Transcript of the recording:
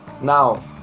now